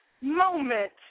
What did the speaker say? moment